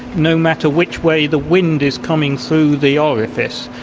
no matter which way the wind is coming through the orifice,